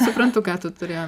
suprantu ką tu turėjai